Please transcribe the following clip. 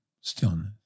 stillness